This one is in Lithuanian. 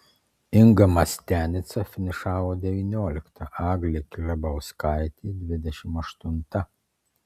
inga mastianica finišavo devyniolikta agnė klebauskaitė dvidešimt aštunta